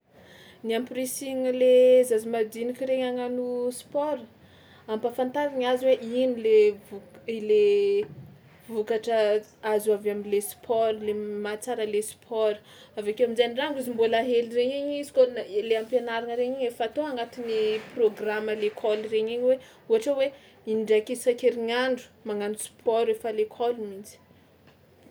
Ny amporisihigna le zaza madinika regny hagnano sport: ampahafantarigna azy hoe ino le vok- ilay vokatra azo avy am'le sport le mahatsara le sport avy ake amin-jay ndrango izy mbola hely regny igny izy kôa na- ilay am-pianaragna regny igny efa atao agnatin'ny prôgrama à l'école regny igny hoe ohatra hoe indraiky isan-kerignandro magnano sport efa à l'école mihitsy.